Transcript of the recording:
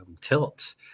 tilt